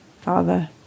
father